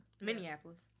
Minneapolis